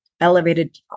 elevated